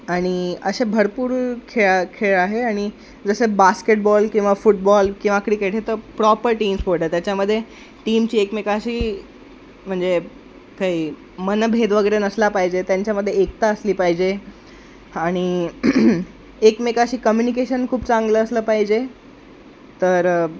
आणि असे भरपूर खेळा खेळ आहे आणि जसं बास्केटबॉल किंवा फुटबॉल किंवा क्रिकेट तर प्रॉपर टीम स्पोर्ट त्याच्यामध्ये टीमची एकमेकांशी म्हणजे काही मनभेद वगैरे नसला पाहिजे त्यांच्यामध्ये एकता असली पाहिजे आणि एकमेकांशी कम्युनिकेशन खूप चांगलं असलं पाहिजे तर